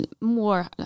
more